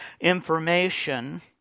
information